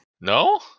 No